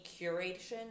curation